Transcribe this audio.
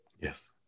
Yes